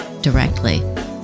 directly